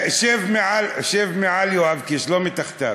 שב מעל יואב קיש, לא מתחתיו.